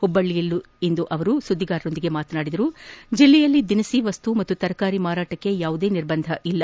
ಹುಬ್ಬಳ್ಳಿಯಲ್ಲಿಂದು ಸುದ್ದಿಗಾರರೊಂದಿಗೆ ಮಾತನಾಡಿದ ಅವರು ಜಿಲ್ಲೆಯಲ್ಲಿ ದಿನಸಿ ವಸ್ತುಗಳು ಮತ್ತು ತರಕಾರಿ ಸಾಗಾಟಕ್ಕೆ ಯಾವುದೇ ನಿರ್ಬಂಧವಿಲ್ಲ